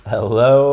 Hello